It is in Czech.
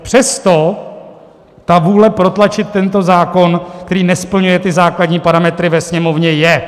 Přesto ta vůle protlačit tento zákon, který nesplňuje základní parametry, ve Sněmovně je.